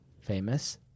famous